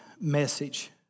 message